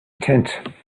tent